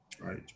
right